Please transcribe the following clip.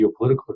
geopolitical